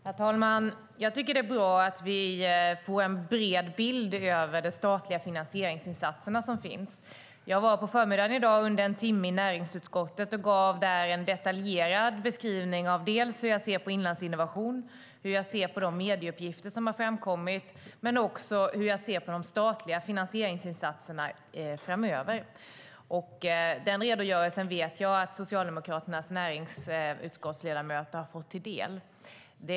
Herr talman! Jag tycker att det är bra att vi får en bred bild av de statliga finansieringsinsatser som finns. Jag var under en timme på förmiddagen i dag i näringsutskottet och gav där en detaljerad beskrivning av hur jag ser på såväl Inlandsinnovation och de medieuppgifter som har framkommit som på de statliga finansieringsinsatserna framöver. Den redogörelsen vet jag att Socialdemokraternas ledamöter i näringsutskottet har fått sig till del.